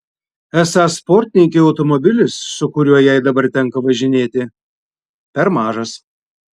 esą sportininkei automobilis su kuriuo jai dabar tenka važinėti per mažas